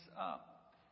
up